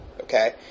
okay